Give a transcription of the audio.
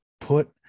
put